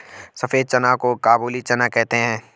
सफेद चना को काबुली चना कहते हैं